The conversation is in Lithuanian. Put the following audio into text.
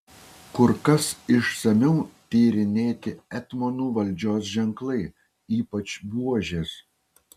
kur kas išsamiau tyrinėti etmonų valdžios ženklai ypač buožės